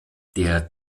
der